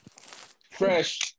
Fresh